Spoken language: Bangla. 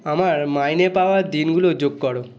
আমার মাইনে পাওয়ার দিনগুলো যোগ করো